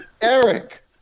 Eric